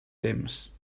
temps